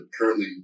currently